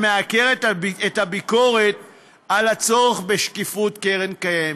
שמעקרת את הביקורת על הצורך בשקיפות קרן קיימת.